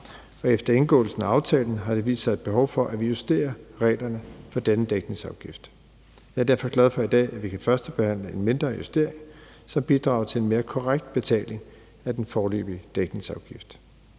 og efter indgåelsen af aftalen har der vist sig et behov for, at vi justerer reglerne for denne dækningsafgift. Jeg er derfor glad for, at vi i dag kan førstebehandle en mindre justering, som bidrager til en mere korrekt betaling af den foreløbig dækningsafgift.